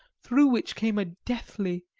through which came a deathly,